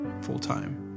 full-time